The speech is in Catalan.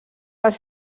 els